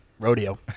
rodeo